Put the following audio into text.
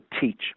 teach